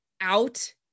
out